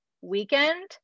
weekend